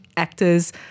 actors